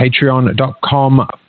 patreon.com